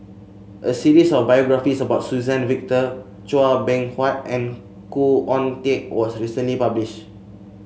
a series of biographies about Suzann Victor Chua Beng Huat and Khoo Oon Teik was recently published